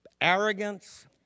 arrogance